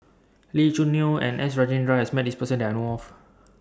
Lee Choo Neo and S Rajendran has Met This Person that I know of